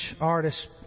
artist